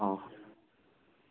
ꯑꯣ